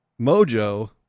Mojo